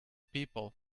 people